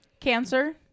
Cancer